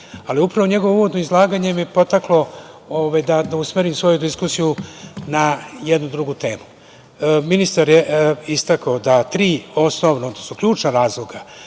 ali upravo me njegovo uvodno izlaganje podstaklo da usmerim svoju diskusiju na jednu drugu temu. Ministar je istakao da tri osnovna, odnosno ključna razloga